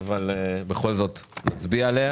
הצבעה